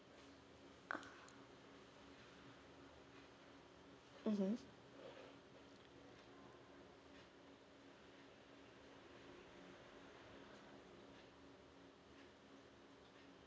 ah mmhmm